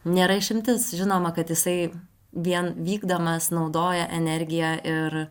nėra išimtis žinoma kad jisai vien vykdamas naudoja energiją ir